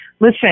Listen